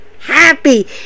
happy